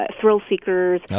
thrill-seekers